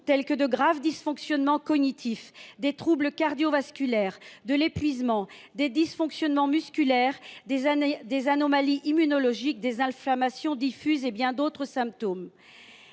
d’autres, de graves dysfonctionnements cognitifs, des troubles cardiovasculaires, de l’épuisement, des dysfonctionnements musculaires, des anomalies immunologiques, des inflammations diffuses. La loi du 24 janvier